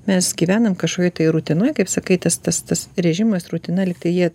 mes gyvenam kažkokioj tai rutinoj kaip sakai tas tas tas režimas rutina lygtai jie